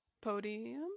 Podium